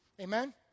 Amen